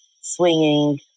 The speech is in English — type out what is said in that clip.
swinging